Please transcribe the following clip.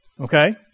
okay